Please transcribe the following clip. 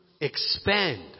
expand